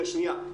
חד-משמעית.